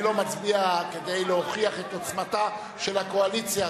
אני לא מצביע כדי להוכיח את עוצמתה של הקואליציה.